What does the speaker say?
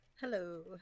Hello